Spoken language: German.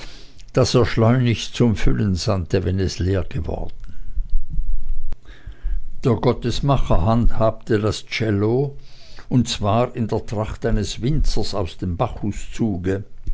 das er schleunigst zum füllen sandte wenn es leer geworden der gottesmacher handhabte das cello und zwar in der tracht eines winzers aus dem bacchuszuge